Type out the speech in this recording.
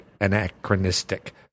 anachronistic